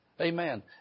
Amen